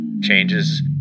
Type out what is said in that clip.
changes